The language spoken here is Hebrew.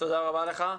תודה רבה לך.